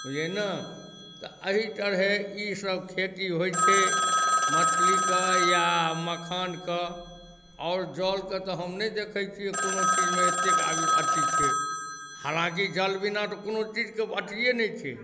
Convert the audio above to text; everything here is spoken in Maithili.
बुझलिए ने तऽ एहि तरहे ई सब खेती होइत छै मछली कऽ या मखान कऽ आओर जलके तऽ हम नहि देखैत छियै कोनो चीजमे एतेक अथी छै हालाँकि जल बिना तऽ कोनो चीजके अथिए नहि छै